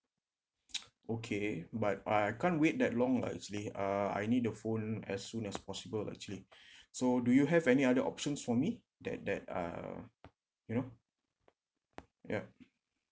okay but I I can't wait that long lah actually uh I need a phone as soon as possible actually so do you have any other options for me that that uh you know ya